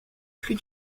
plus